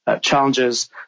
challenges